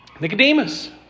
Nicodemus